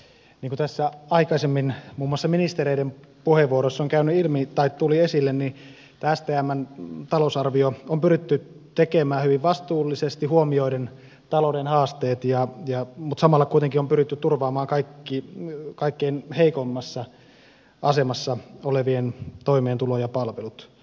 niin kuin tässä aikaisemmin muun muassa ministereiden puheenvuoroissa tuli esille tämä stmn talousarvio on pyritty tekemään hyvin vastuullisesti huomioiden talouden haasteet mutta samalla kuitenkin on pyritty turvaamaan kaikkein heikoimmassa asemassa olevien toimeentulo ja palvelut